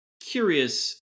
curious